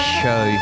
show